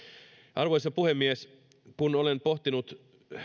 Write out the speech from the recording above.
arvoisa puhemies kun olen